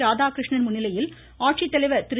ராதாகிருஷ்ணன் முன்னிலையில் ஆட்சித்தலைவர் திரு